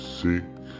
sick